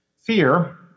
Fear